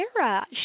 Sarah